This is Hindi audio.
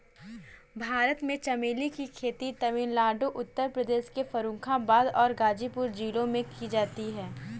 भारत में चमेली की खेती तमिलनाडु उत्तर प्रदेश के फर्रुखाबाद और गाजीपुर जिलों में की जाती है